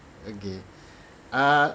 okay uh